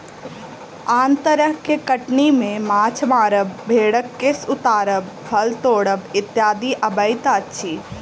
आन तरह के कटनी मे माछ मारब, भेंड़क केश उतारब, फल तोड़ब इत्यादि अबैत अछि